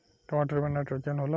टमाटर मे नाइट्रोजन होला?